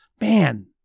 man